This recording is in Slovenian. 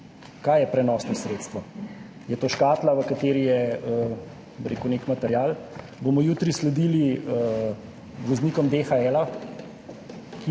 Kaj je prenosno sredstvo? Je to škatla, v kateri je, bi rekel, nek material? Bomo jutri sledili voznikom DHL,